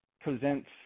presents